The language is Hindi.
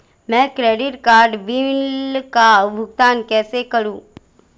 मैं क्रेडिट कार्ड बिल का भुगतान कैसे करूं?